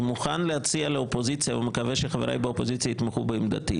אני מוכן להציע לאופוזיציה ואני מקווה שחבריי באופוזיציה יתמכו בעמדתי.